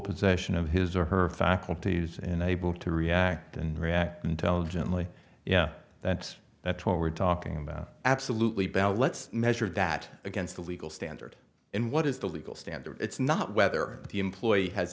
possession of his or her faculties and able to react and react intelligently yeah that's that's what we're talking about absolutely bell let's measure that against a legal standard and what is the legal standard it's not whether the employee has